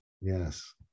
Yes